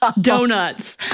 donuts